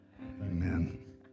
Amen